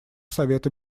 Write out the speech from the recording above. совета